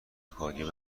کاگب